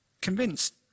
Convinced